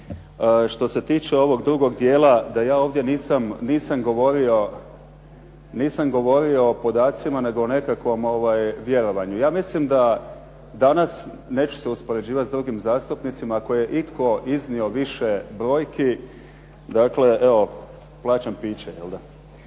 Što se tiče ovog drugog dijela da ja ovdje nisam govorio o podacima nego o nekakvom vjerovanju. Ja mislim da danas, neću se uspoređivat s drugim zastupnicima, ako je itko iznio više brojki dakle evo plaćam piće. A ova